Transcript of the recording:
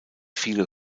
viele